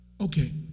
okay